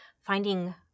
finding